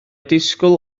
disgwyl